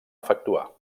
efectuar